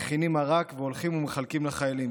מכינים מרק והולכים ומחלקים לחיילים",